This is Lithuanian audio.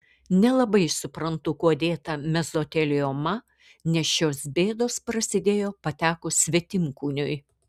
nelabai suprantu kuo dėta mezotelioma nes šios bėdos prasidėjo patekus svetimkūniui